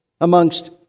amongst